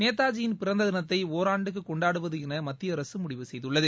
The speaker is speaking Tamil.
நேதாஜியின் பிறந்ததினத்தை ஓராண்டுக்கு கொண்டாடுவது என மத்திய அரசு முடிவு செய்துள்ளது